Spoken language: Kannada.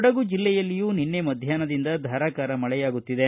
ಕೊಡಗು ಜಿಲ್ಲೆಯಲ್ಲಿಯೂ ನಿನ್ನೆ ಮಧ್ಯಾಪ್ನದಿಂದ ಧಾರಾಕಾರ ಮಳೆಯಾಗುತ್ತಿದೆ